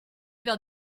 vers